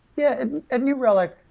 yeah and at new relic,